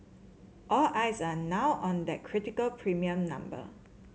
all eyes are now on that critical premium number